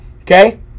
Okay